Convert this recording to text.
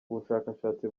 ubushakashatsi